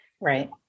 Right